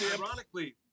ironically